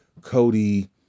Cody